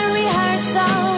rehearsal